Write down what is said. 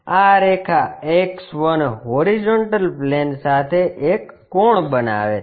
આ રેખા X1 horizontal plane સાથે એક કોણ બનાવે છે